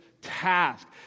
task